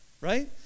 Right